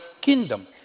kingdom